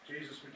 Jesus